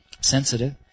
sensitive